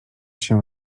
się